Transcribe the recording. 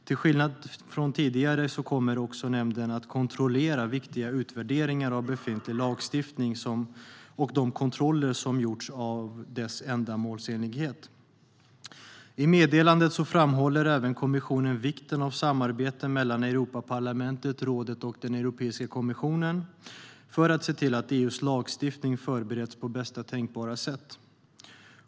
Till skillnad från tidigare kommer nämnden också att kontrollera viktiga utvärderingar av befintlig lagstiftning och de kontroller som gjorts av dess ändamålsenlighet. I meddelandet framhåller kommissionen även vikten av samarbete mellan Europaparlamentet, rådet och Europeiska kommissionen för att se till att EU:s lagstiftning förbereds på bästa tänkbara sätt.